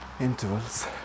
intervals